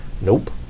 Nope